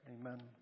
Amen